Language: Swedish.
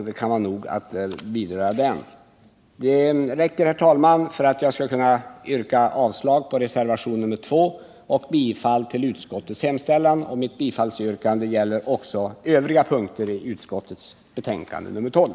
Det här räcker, herr talman, för att jag skall kunna yrka avslag på reservationen 2 och bifall till utskottets hemställan. Mitt bifallsyrkande gäller också de övriga punkterna i utskottets betänkande nr 12.